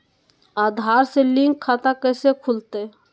आधार से लिंक खाता कैसे खुलते?